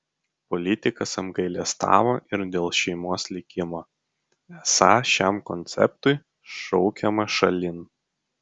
politikas apgailestavo ir dėl šeimos likimo esą šiam konceptui šaukiama šalin